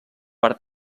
per